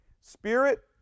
Spirit